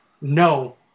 No